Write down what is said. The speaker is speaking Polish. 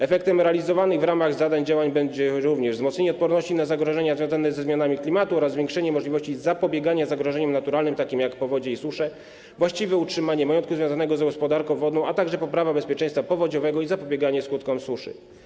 Efektem realizowanych w ramach zadań działań będą również: wzmocnienie odporności na zagrożenia związane ze zmianami klimatu oraz zwiększenie możliwości zapobiegania zagrożeniom naturalnym, takim jak powodzie i susze, właściwe utrzymanie majątku związanego z gospodarką wodną, a także poprawa bezpieczeństwa powodziowego i zapobieganie skutkom suszy.